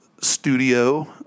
studio